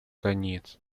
конец